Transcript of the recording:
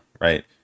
right